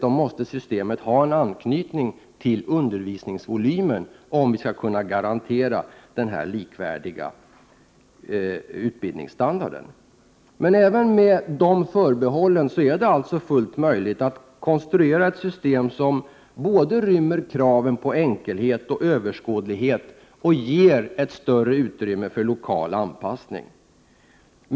Om vi skall kunna garantera denna likvärdiga utbildningsstandard måste systemet dessutom ha en anknytning till undervisningsvolymen. Men även med dessa förbehåll är det alltså fullt möjligt att konstruera ett system som både rymmer kraven på enkelhet och överskådlighet och ger ett större utrymme för lokal anpassning.